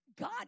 God